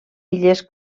illes